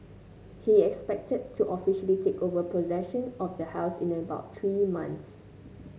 he is expected to officially take over possession of the house in about three months